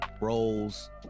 roles